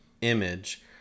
image